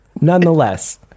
nonetheless